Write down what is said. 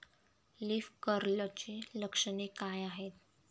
Leaf कर्लची लक्षणे काय आहेत?